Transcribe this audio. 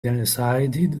decided